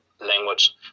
language